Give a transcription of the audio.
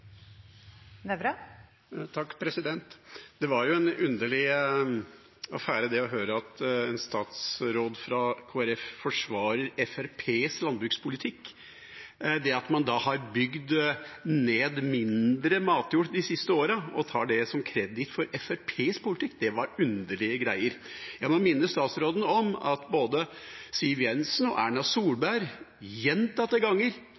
Det var en underlig affære å høre at en statsråd fra Kristelig Folkeparti forsvarer Fremskrittspartiets landbrukspolitikk. Det at man har bygd ned mindre matjord de siste åra og tar det til inntekt for Fremskrittspartiets politikk, var underlige greier. Jeg må minne statsråden om at både Siv Jensen og Erna Solberg gjentatte ganger